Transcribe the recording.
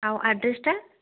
ଆଉ ଆଡ଼୍ରେସ୍ଟା